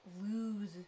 lose